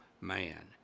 man